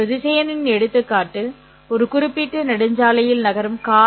ஒரு திசையனின் எடுத்துக்காட்டு ஒரு குறிப்பிட்ட நெடுஞ்சாலையில் நகரும் கார்